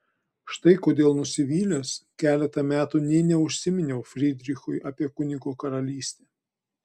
štai kodėl nusivylęs keletą metų nė neužsiminiau frydrichui apie kunigo karalystę